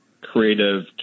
creative